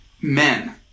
men